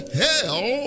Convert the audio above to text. hell